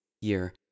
year